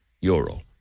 euro